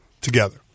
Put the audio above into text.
together